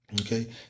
Okay